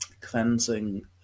cleansing